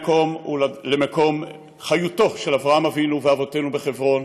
למקום שבו חי אברהם אבינו ואבותינו בחברון